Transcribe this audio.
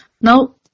Now